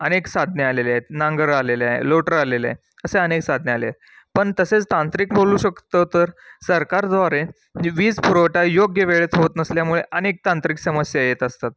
अनेक साधने आलेले आहेत नांगरं आलेले आहे लोटरं आलेले आहे असे अनेक साधने आले आहेत पण तसेच तांत्रिक बोलू शकतं तर सरकारद्वारे वीज पुरवठा योग्य वेळेत होत नसल्यामुळे अनेक तांत्रिक समस्या येत असतात